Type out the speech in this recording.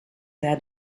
had